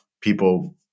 people